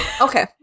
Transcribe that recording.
Okay